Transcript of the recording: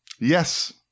Yes